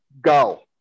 go